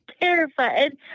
terrified